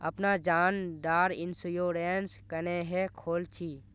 अपना जान डार इंश्योरेंस क्नेहे खोल छी?